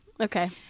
Okay